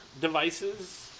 devices